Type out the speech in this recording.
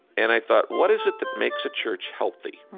and i thought, what is it that makes a church healthy?